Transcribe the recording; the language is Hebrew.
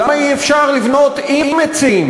למה אי-אפשר לבנות עם עצים?